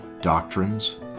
doctrines